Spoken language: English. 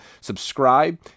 subscribe